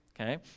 Okay